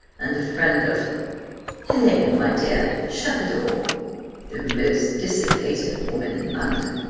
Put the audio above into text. and a friend of helena, my dear, shut the door the most dissipated woman in london.